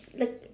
the